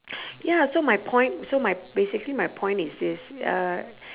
ya so my point so my basically my point is this uh